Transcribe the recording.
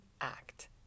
act